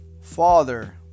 Father